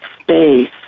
space